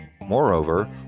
Moreover